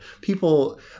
people